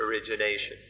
origination